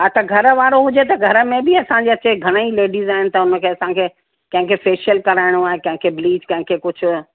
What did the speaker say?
हा त घरवारो हुजे त घर में बि असांजे अचे घणेई लेडीस आहिनि त उन खे असांखे कंहिंखे फ़ैशल कराइणो आहे कंहिंखे ब्लीच कंहिंखे कुझु